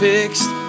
Fixed